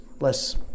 less